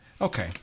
Okay